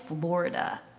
Florida